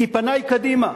כי פני קדימה.